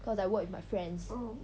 cause I work with my friends